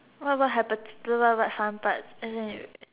what what happen like some parts and then you